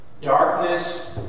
Darkness